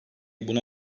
bunu